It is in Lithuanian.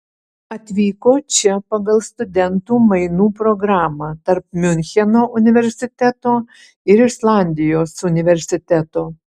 atvyko čia pagal studentų mainų programą tarp miuncheno universiteto ir islandijos universiteto